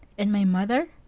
and my mother?